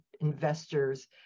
investors